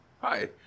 Hi